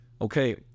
okay